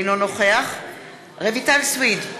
אינו נוכח רויטל סויד,